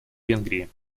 венгрии